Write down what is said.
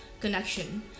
connection